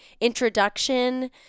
introduction